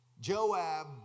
Joab